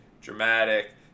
dramatic